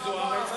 חברת הכנסת זוארץ,